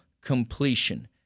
completion